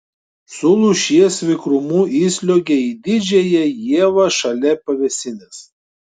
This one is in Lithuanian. su lūšies vikrumu įsliuogė į didžiąją ievą šalia pavėsinės